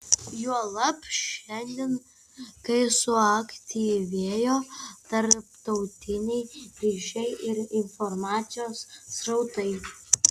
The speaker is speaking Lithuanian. juolab šiandien kai suaktyvėjo tarptautiniai ryšiai ir informacijos srautai